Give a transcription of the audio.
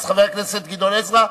אז חבר הכנסת גדעון עזרא,